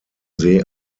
see